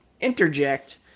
interject